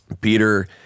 Peter